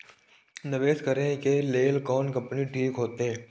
निवेश करे के लेल कोन कंपनी ठीक होते?